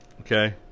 Okay